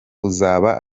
uzaba